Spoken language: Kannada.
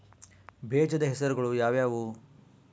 ಬೇಜದ ಹೆಸರುಗಳು ಯಾವ್ಯಾವು?